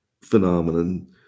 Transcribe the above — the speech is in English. phenomenon